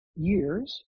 years